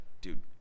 dude